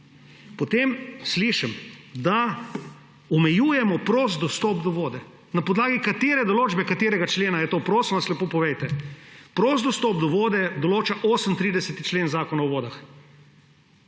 Potem slišim, da omejujemo prost dostop do vode. Na podlagi katere določbe, katerega člena je to? Prosim vas, lepo povejte! Prost dostop do vode določa 38. člen Zakona o vodah,